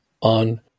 on